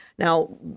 Now